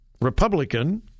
Republican